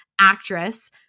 actress